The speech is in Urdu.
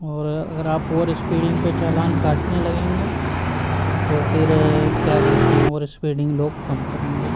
اور اگر آپ اوور اسپیڈنگ پہ چالان کاٹنے لگیں گے تو پھر کیا کہتے ہیں اوور اسپیڈنگ لوگ کم کریں گے